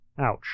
Ouch